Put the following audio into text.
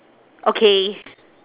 okay